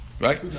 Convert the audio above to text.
right